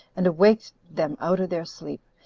and awaked them out of their sleep,